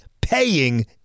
paying